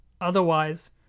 otherwise